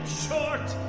short